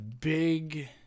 big